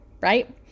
right